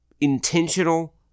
Intentional